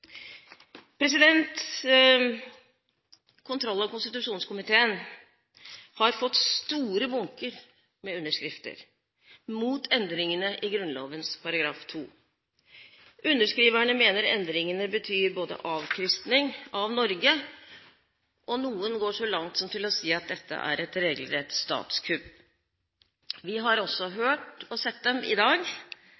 Kontroll- og konstitusjonskomiteen har fått store bunker med underskrifter mot endringene i Grunnloven § 2. Underskriverne mener endringene betyr avkristning av Norge – og noen går så langt som til å si at dette er et regelrett statskupp. Vi har også